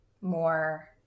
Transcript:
more